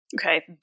Okay